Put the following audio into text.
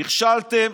נכשלתם,